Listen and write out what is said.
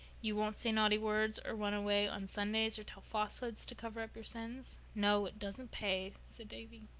you won't say naughty words, or run away on sundays, or tell falsehoods to cover up your sins? no. it doesn't pay, said davy.